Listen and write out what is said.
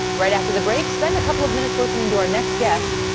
right after the break, spend a couple of minutes listening to our next guest,